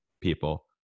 people